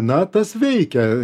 na tas veikia